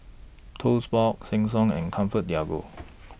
Toast Box Sheng Siong and ComfortDelGro